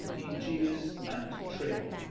egeus, and train